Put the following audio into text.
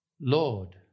Lord